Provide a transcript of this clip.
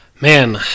Man